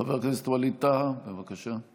חבר הכנסת ווליד טאהא, בבקשה.